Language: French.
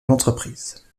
l’entreprise